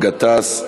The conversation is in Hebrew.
גטאס,